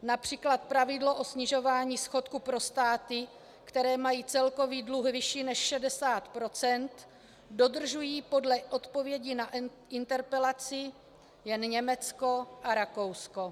Například pravidlo o snižování schodku pro státy, které mají celkový dluh vyšší než 60 %, dodržují podle odpovědi na interpelaci jen Německo a Rakousko.